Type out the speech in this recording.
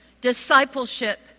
discipleship